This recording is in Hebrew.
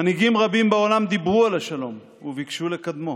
מנהיגים רבים בעולם דיברו על השלום וביקשו לקדמו,